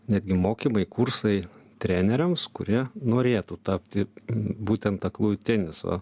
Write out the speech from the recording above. netgi mokymai kursai treneriams kurie norėtų tapti būtent aklųjų teniso